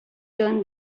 turn